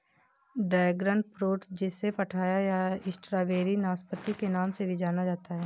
dragon fruit जिसे pitaya या strawberry नाशपाती के नाम से भी जाना जाता है